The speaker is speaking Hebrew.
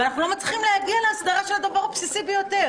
ואנחנו לא מצליחים להגיע להסדרה של הדבר הבסיסי ביותר